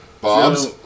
Bob's